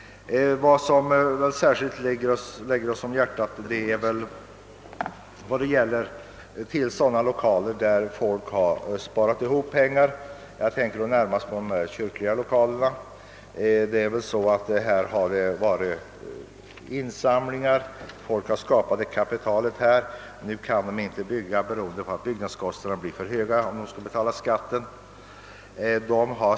Vad som ligger oss särskilt varmt om hjärtat är sådana lokaler till vilka folk sparat ihop pengar. Jag tänker närmast på de kyrkliga lokalerna. Genom insamlingar har folk skaffat ett kapital, men nu kan de inte bygga på grund av att byggnadskostnaderna blir för höga om dessutom investeringsskatt skall betalas.